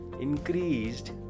increased